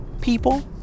people